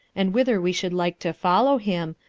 and whither we should like to follow him,